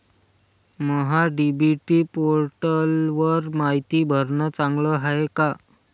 महा DBT पोर्टलवर मायती भरनं चांगलं हाये का?